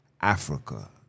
Africa